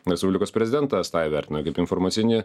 respublikos prezidentas tą įvertino kaip informacinį